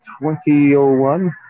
2001